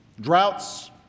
droughts